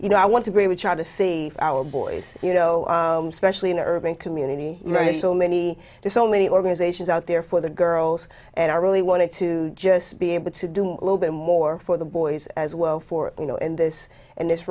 you know i want to be we try to see our boys you know specially in urban community very so many there's so many organizations out there for the girls and i really wanted to just be able to do a little bit more for the boys as well for you know and this and this